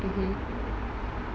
mmhmm